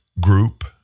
group